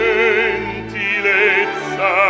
gentilezza